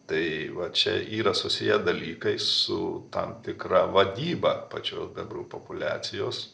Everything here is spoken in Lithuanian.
tai va čia yra susiję dalykai su tam tikra vadyba pačios bebrų populiacijos